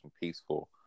peaceful